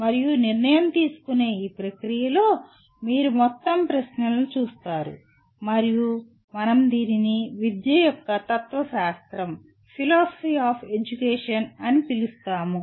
మరియు నిర్ణయం తీసుకునే ఈ ప్రక్రియలో మీరు మొత్తం ప్రశ్నలను చూస్తారు మరియు మనం దీనిని విద్య యొక్క తత్వశాస్త్రం అని పిలుస్తాము